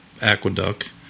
Aqueduct